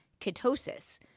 ketosis